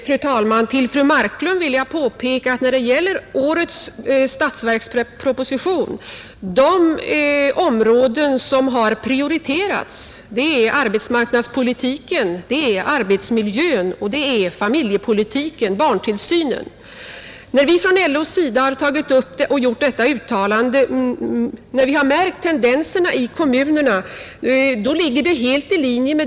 Fru talman! För fru Marklund vill jag påpeka att de områden som prioriterats i årets statsverksproposition är arbetsmarknadspolitiken, arbetsmiljön och barntillsynen. När vi inom LO märkte tendenserna i kommunerna, gjorde vi ett uttalande om att barntillsynen måste prioriteras.